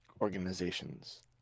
organizations